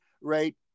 right